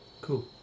Cool